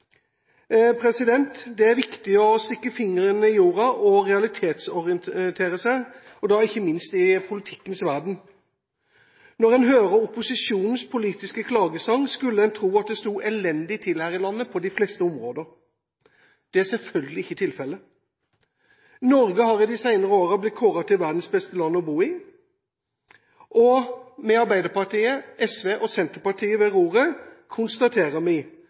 Det er viktig å stikke fingeren i jorda og realitetsorientere seg, ikke minst i politikkens verden. Når en hører opposisjonens politiske klagesang, skulle en tro at det sto elendig til her i landet på de fleste områder. Det er selvfølgelig ikke tilfellet. Norge har de senere årene blitt kåret til verdens beste land å bo i, og med Arbeiderpartiet, SV og Senterpartiet ved roret konstaterer vi at Norge har Europas laveste arbeidsledighet, vi har små forskjeller, vi